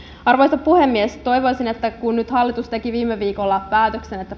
arvoisa puhemies toivoisin että kun nyt hallitus teki viime viikolla päätöksen että